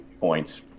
points